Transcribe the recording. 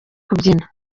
kubyina